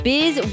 Biz